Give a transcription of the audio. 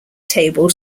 table